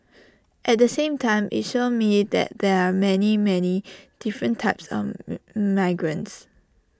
at the same time IT showed me that there are many many different types of migrants